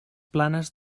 planes